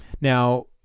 Now